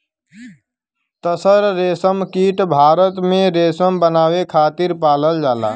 तसर रेशमकीट भारत में रेशम बनावे खातिर पालल जाला